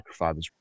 microfibers